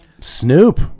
Snoop